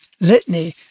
litany